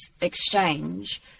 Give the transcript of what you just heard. exchange